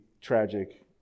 tragic